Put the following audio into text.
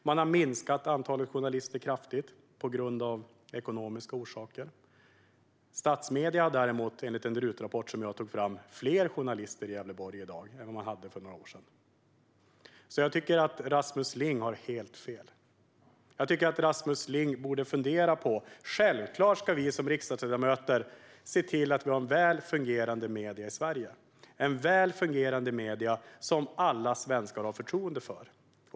Man har minskat antalet journalister kraftigt av ekonomiska orsaker. Statsmedierna har däremot, enligt en RUT-rapport som jag tagit fram, fler journalister i Gävleborg i dag än man hade för några år sedan. Jag tycker alltså att Rasmus Ling har helt fel. Självklart ska vi som riksdagsledamöter se till att vi har välfungerande medier i Sverige som alla svenskar har förtroende för.